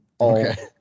Okay